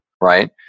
right